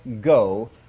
go